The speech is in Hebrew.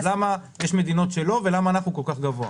למה יש מדינות שלא ממסות ולמה אנחנו ממסים בסכום כל כך גבוה?